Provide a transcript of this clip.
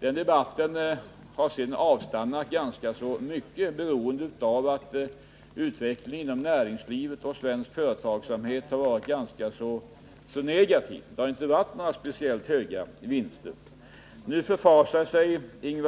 Den debatten har sedan nästan helt avstannat, beroende på att utvecklingen inom näringslivet och svensk företagsamhet har varit ganska negativ. Det har inte varit fråga om några speciellt stora vinster. Men Ingvar Svanberg förfasar sig nu